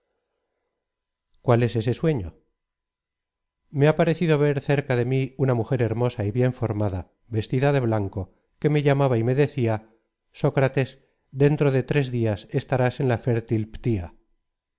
cuál es ese sueño me ha parecido ver cerca de mí una mujer hermosa y bien formada vestida de blanco que me llamaba y me décia sócrates dentro de tres dias estarás en la fértil phtí